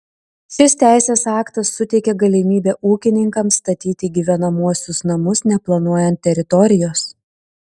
šis teisės aktas suteikia galimybę ūkininkams statyti gyvenamuosius namus neplanuojant teritorijos